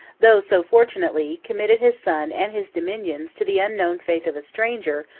though so fortunately, committed his son and his dominions to the unknown faith of a stranger,